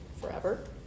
forever